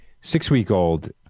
six-week-old